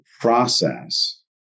process